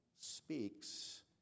speaks